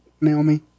Naomi